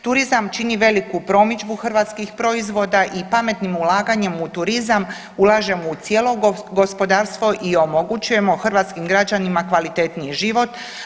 Turizam čini veliki promidžbu hrvatskih proizvoda i pametnim ulaganjem u turizam ulažemo u cijelo gospodarstvo i omogućujemo hrvatskim građanima kvalitetniji život.